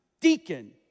deacon